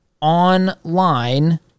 online